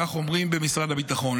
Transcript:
כך אומרים במשרד הביטחון.